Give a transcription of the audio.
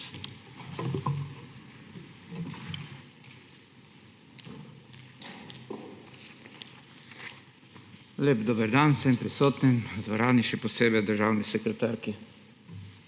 Lep dober dan vsem prisotnim v dvorani, še posebej državni sekretarki!